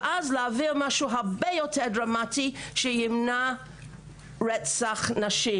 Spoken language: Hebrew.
ואז להעביר משהו הרבה יותר דרמטי שימנע רצח נשים.